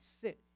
sit